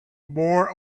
more